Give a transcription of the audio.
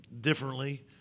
differently